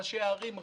ראשי הערים,